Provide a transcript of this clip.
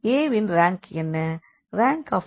A வின் rank என்ன